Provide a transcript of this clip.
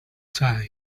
die